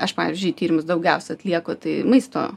aš pavyzdžiui tyrimus daugiausia atlieku tai maisto